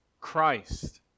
Christ